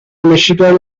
michigan